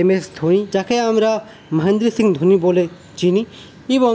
MS Dhoni যাকে আমরা মহেন্দ্র সিং ধোনি বলে চিনি এবং